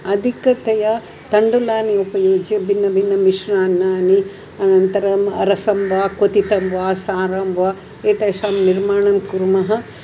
अधिकतया तण्डुलानि उपयुज्य भिन्नभिन्नमिश्रणानि अनन्तरं रसं वा क्वथितं वा सारं वा एतेषां निर्माणं कुर्मः